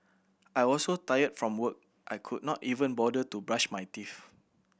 I was so tired from work I could not even bother to brush my teeth